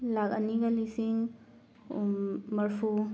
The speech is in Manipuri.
ꯂꯥꯈ ꯑꯅꯤꯒ ꯂꯤꯁꯤꯡ ꯃꯔꯤꯐꯨ